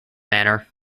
manner